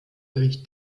bericht